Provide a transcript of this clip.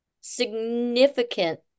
significant